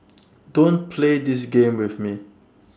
don't play this game with me